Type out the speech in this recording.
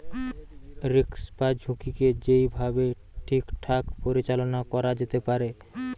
risk বা ঝুঁকিকে যেই ভাবে ঠিকঠাক পরিচালনা করা যেতে পারে